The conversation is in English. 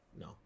no